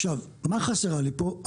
עכשיו, מה חסר ה לי פה?